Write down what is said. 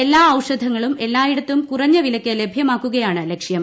എല്ലാ ഔഷധങ്ങളും എല്ലായിടത്തും കുറഞ്ഞ വിലയ്ക്ക് ലഭ്യമാക്കുകയാണ് ലക്ഷ്യം